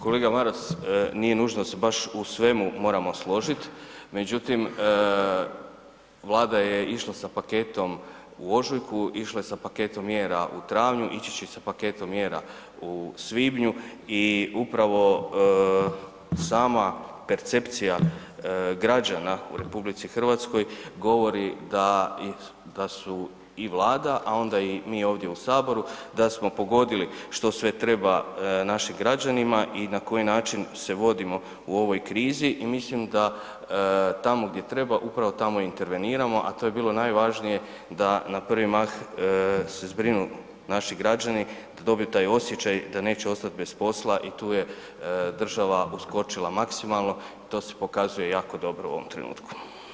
Kolega Maras, nije nužno da se baš u svemu moramo složiti, međutim, Vlada je išla sa paketom u ožujku, išla je sa paketom mjera u travnju, ići će sa paketom mjera u svibnju i upravo sama percepcija građana u RH govori da i, da su i Vlada, a onda i mi ovdje u Saboru, da smo pogodili što sve treba našim građanima i na koji način se vodimo u ovoj krizi i mislim da tamo gdje treba, upravo tamo interveniramo, a to je bilo najvažnije da na prvi mah se zbrinu naši građani, da dobiju taj osjećaj da neće ostati bez posla i tu je država uskočila maksimalno i to se pokazuje jako dobro u ovom trenutku.